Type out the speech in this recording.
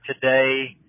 today